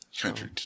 Country